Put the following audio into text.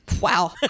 Wow